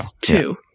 two